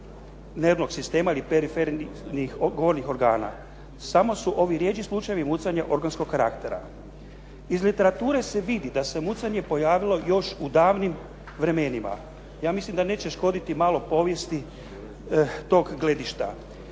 nervnog sistema ili perifernih gornjih organa. Samo su ovi rjeđi slučajevi mucanja organskog karaktera. Iz literature se vidi da se mucanje pojavilo još u davnim vremenima. Ja mislim da neće škoditi malo povijesti tog gledišta.